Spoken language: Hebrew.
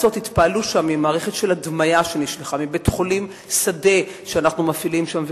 התפעלו שם ממערכת הדמיה שנשלחה מבית-חולים שדה שאנחנו מפעילים שם.